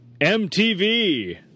MTV